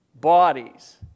bodies